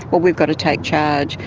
but we've got to take charge.